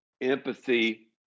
empathy